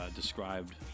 described